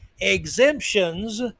Exemptions